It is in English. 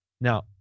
Now